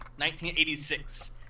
1986